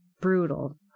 brutal